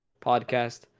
podcast